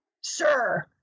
sir